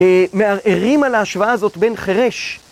מערערים על ההשוואה הזאת בין חרש.